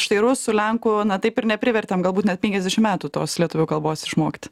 štai rusų lenkų na taip ir neprivertėm galbūt net penkiasdešimt metų tos lietuvių kalbos išmokti